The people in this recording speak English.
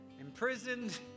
imprisoned